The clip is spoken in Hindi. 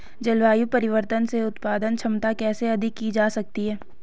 जलवायु परिवर्तन से उत्पादन क्षमता कैसे अधिक की जा सकती है?